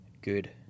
good